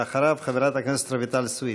אחריו, חברת הכנסת רויטל סויד.